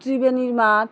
ত্রিবেণীর মাঠ